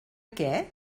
què